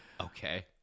Okay